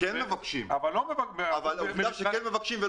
עובדה שכן מבקשים.